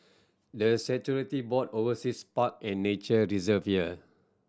the statutory board oversees park and nature deserve here